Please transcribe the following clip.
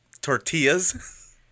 tortillas